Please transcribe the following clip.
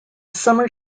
summer